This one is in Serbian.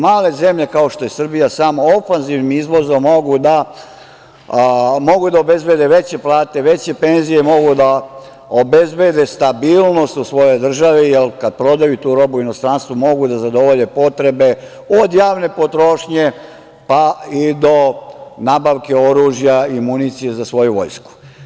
Male zemlje, kao što je Srbija, samo ofanzivnim izvozom mogu da obezbede veće plate, veće penzije, mogu da obezbede stabilnost u svojoj državi, jer kada prodaju tu robu u inostranstvu mogu da zadovolje potrebe od javne potrošnje, pa i do nabavke oružja i municije za svoju vojsku.